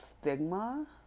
stigma